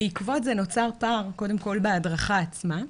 בעקבות זה נוצר פער קודם כל בהדרכה עצמה,